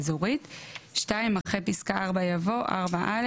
אזורית,"; אחרי פסקה (4) יבוא: "(4א)